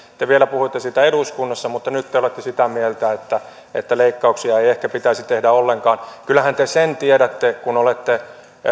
te vielä puhuitte siitä eduskunnassa mutta nyt te olette sitä mieltä että että leikkauksia ei ei ehkä pitäisi tehdä ollenkaan kyllähän te sen tiedätte kun olette